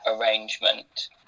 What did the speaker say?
arrangement